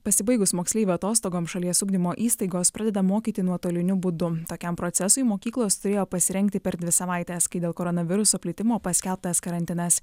pasibaigus moksleivių atostogoms šalies ugdymo įstaigos pradeda mokyti nuotoliniu būdu tokiam procesui mokyklos turėjo pasirengti per dvi savaites kai dėl koronaviruso plitimo paskelbtas karantinas